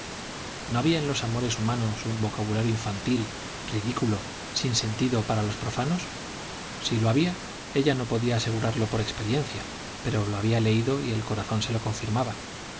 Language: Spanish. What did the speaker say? no había en los amores humanos un vocabulario infantil ridículo sin sentido para los profanos sí lo había ella no podía asegurarlo por experiencia pero lo había leído y el corazón se lo confirmaba